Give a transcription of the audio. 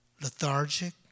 lethargic